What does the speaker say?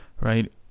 right